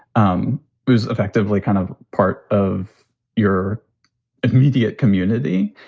um who's effectively kind of part of your immediate community,